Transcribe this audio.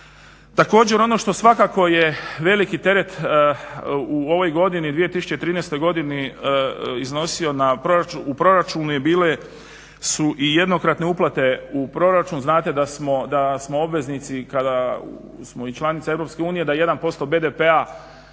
Također ono što svakako je veliki teret u ovoj godini 2013.godini iznosio u proračunu su bile i jednokratne uplate u proračun. Znate da smo obveznici kada smo članica EU da 1% BDP-a